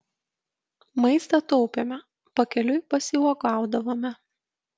maistą taupėme pakeliui pasiuogaudavome